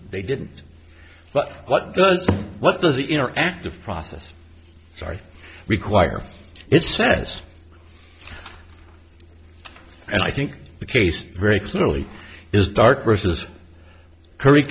they didn't but what does what does the interactive process sorry require it says and i think the case very clearly is dark versus curry